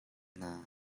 hna